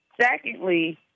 Secondly